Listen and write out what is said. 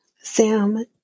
Sam